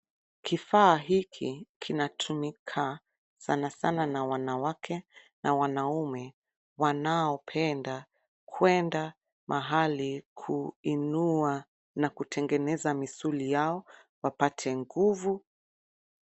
Kifaa hiki kinatumika sana sana na wanawake na wanaume wanaopenda kuenda mahali kuinua na kutengeneza misuli yao wapate nguvu.